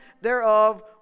thereof